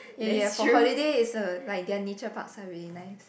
ya ya for holiday is uh like their nature parks are really nice